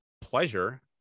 pleasure